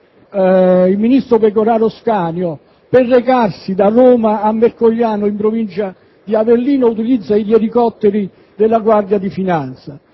il ministro Pecoraro Scanio per recarsi da Roma a Mercogliano, in provincia di Avellino, utilizzano gli elicotteri della Guardia di finanza.